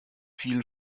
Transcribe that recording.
vielen